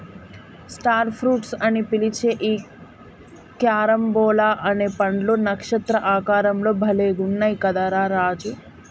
star fruits అని పిలిచే ఈ క్యారంబోలా అనే పండ్లు నక్షత్ర ఆకారం లో భలే గున్నయ్ కదా రా రాజు